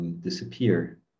Disappear